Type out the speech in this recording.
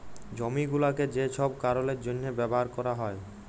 জমি গুলাকে যে ছব কারলের জ্যনহে ব্যাভার ক্যরা যায়